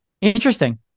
interesting